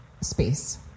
space